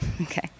Okay